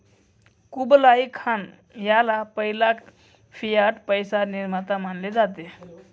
Kublai Khan ह्याला पहिला fiat पैसा निर्माता मानले जाते